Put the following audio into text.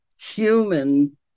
human